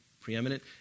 preeminent